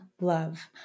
Love